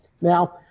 Now